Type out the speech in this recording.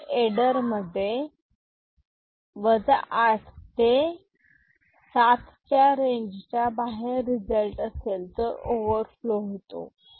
जर एडरमध्ये 8 ते सात च्या रेंजच्या बाहेर रिझल्ट असेल तर ओवरफ्लो होतो